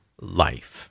life